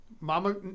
Mama